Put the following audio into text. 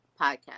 Podcast